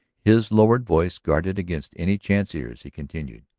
his lowered voice guarded against any chance ears, he continued.